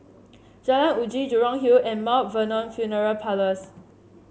Jalan Uji Jurong Hill and Mt Vernon Funeral Parlours